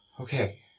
Okay